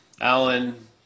Alan